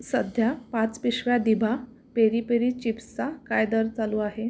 सध्या पाच पिशव्या दिभा पेरी पेरी चिप्सचा काय दर चालू आहे